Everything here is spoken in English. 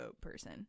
person